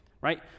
right